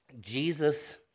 Jesus